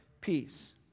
peace